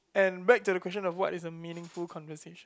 and back to the question of what is a meaningful conversation